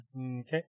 Okay